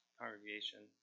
congregation